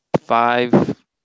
five